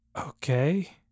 Okay